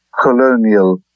colonial